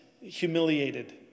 humiliated